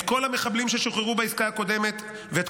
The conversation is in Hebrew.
את כל המחבלים ששוחררו בעסקה הקודמת ואת